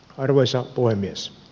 arvoisa puhemies